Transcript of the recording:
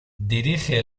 dirige